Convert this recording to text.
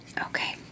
okay